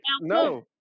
no